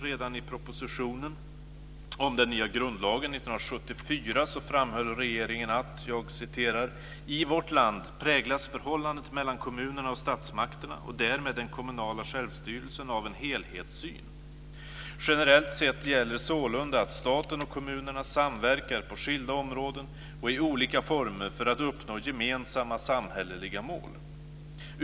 Redan i propositionen om den nya grundlagen 1974 framhöll regeringen följande: "I vårt land präglas förhållandet mellan kommunerna och statsmakterna och därmed den kommunala självstyrelsen av en helhetssyn. Generellt sett gäller sålunda att staten och kommunerna samverkar på skilda områden och i olika former för att uppnå gemensamma samhälleliga mål.